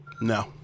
No